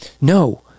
No